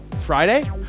Friday